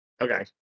Okay